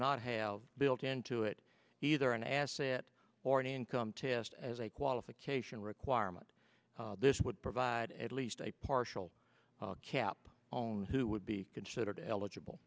have built into it either an asset or an income test as a qualification requirement this would provide at least a partial cap own who would be considered eligible